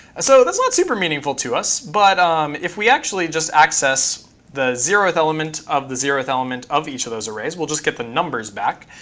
so that's not super meaningful to us, but if we actually just access the zeroth element of the zeroth element of each of those arrays, we'll just get the numbers back.